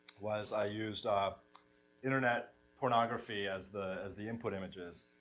was i used internet pornography as the as the input images,